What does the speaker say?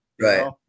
Right